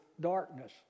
darkness